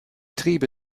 triebe